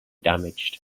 damaged